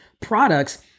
products